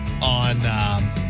on